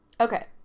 Okay